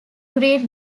great